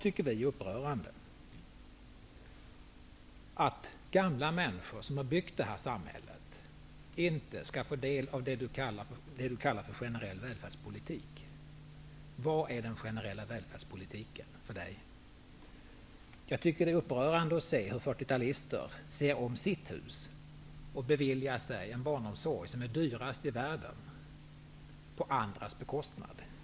Det är upprörande att gamla människor, som har byggt det här samhället, inte skall få del av det som Eva Zetterberg kallar för generell välfärds politik. Vad är generell välfärdspolitik för Eva Jag tycker att det är upprörande att se hur fyr tiotalister ser om sitt hus och på andras bekostnad beviljar sig en barnomsorg som är dyrast i värl den.